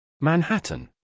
Manhattan